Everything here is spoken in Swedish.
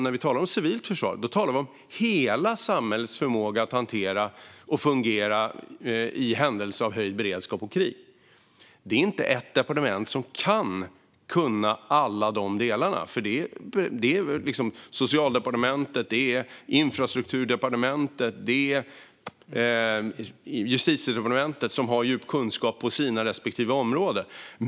När vi talar om civilt försvar talar vi om hela samhällets förmåga att hantera och fungera i händelse av höjd beredskap och krig. Ett departement kan inte kunna alla dessa delar, utan Socialdepartementet, Infrastrukturdepartementet och Justitiedepartementet har djup kunskap på sina respektive områden.